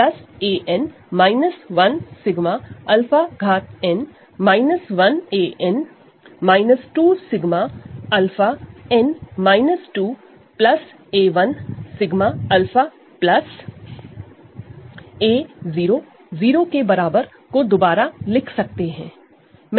अब हम 𝜎 𝛂n 𝜎 𝜎 𝛂n 1 𝜎 𝜎 𝛂n 2 𝜎 𝜎 𝛂 𝜎 0 को दोबारा लिख सकते हैं